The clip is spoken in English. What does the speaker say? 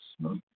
smoke